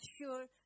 sure